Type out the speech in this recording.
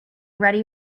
ready